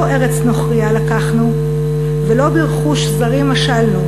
"לא ארץ נוכרייה לקחנו ולא ברכוש זרים משלנו,